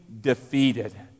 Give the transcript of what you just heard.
defeated